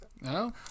no